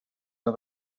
and